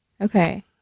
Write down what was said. Okay